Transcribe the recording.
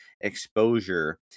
exposure